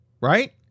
right